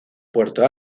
puerto